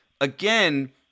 again